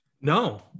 No